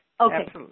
Okay